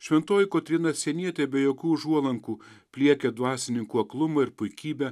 šventoji kotryna sienietė be jokių užuolankų pliekė dvasininkų aklumą ir puikybę